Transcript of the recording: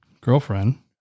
girlfriend